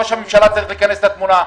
ראש הממשלה צריך להיכנס לתמונה,